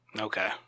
Okay